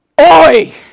Oi